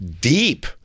Deep